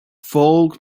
folk